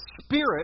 spirit